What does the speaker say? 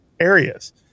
areas